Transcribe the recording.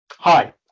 Hi